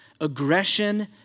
aggression